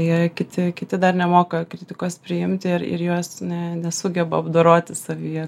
jei kiti kiti dar nemoka kritikos priimti ir ir juos ne nesugeba apdoroti savyje